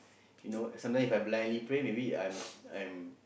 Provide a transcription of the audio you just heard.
you know sometime If I blindly pray maybe I'm I'm